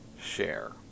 share